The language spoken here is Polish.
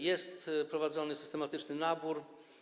Jest prowadzony systematyczny nabór.